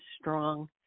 strong